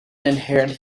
inherent